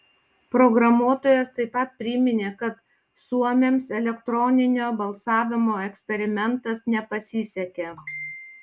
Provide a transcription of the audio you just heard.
programuotojas taip pat priminė kad suomiams elektroninio balsavimo eksperimentas nepasisekė